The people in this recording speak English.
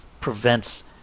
prevents